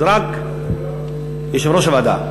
אז רק יושב-ראש הוועדה.